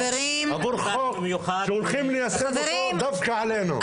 עבור חוק שהולכים ליישם אותו דווקא עלינו.